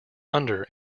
under